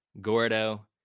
Gordo